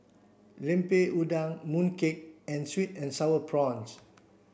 Lemper Udang Mooncake and sweet and sour prawns